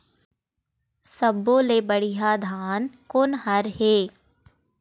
सब्बो ले बढ़िया धान कोन हर हे?